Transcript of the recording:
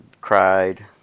cried